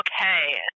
okay